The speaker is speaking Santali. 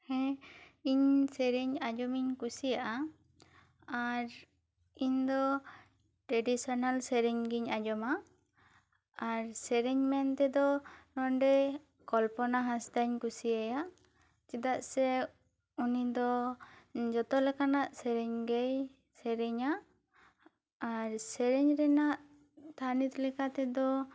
ᱦᱮᱸ ᱤᱧ ᱥᱮᱨᱮᱧ ᱟᱸᱡᱚᱢᱤᱧ ᱠᱩᱥᱤᱣᱟᱜᱼᱟ ᱟᱨ ᱤᱧ ᱫᱚ ᱴᱨᱮᱰᱤᱥᱚᱱᱟᱞ ᱥᱮᱨᱮᱧ ᱜᱤᱧ ᱟᱸᱡᱚᱢᱟ ᱟᱨ ᱥᱮᱨᱮᱧ ᱢᱮᱱᱛᱮ ᱫᱚ ᱱᱚᱸᱰᱮ ᱠᱚᱞᱯᱟᱱᱟ ᱦᱟᱸᱥᱫᱟ ᱤᱧ ᱠᱩᱥᱤᱣᱟᱭᱟ ᱪᱮᱫᱟᱜ ᱥᱮ ᱩᱱᱤ ᱫᱚ ᱡᱚᱛᱚ ᱞᱮᱠᱟᱱᱟᱜ ᱥᱮᱨᱮᱧ ᱜᱮ ᱥᱮᱨᱮᱧᱟ ᱟᱨ ᱥᱮᱨᱮᱧ ᱨᱮᱱᱟᱜ ᱛᱷᱟᱱᱮᱡᱽ ᱞᱮᱠᱟ ᱛᱮᱫᱚ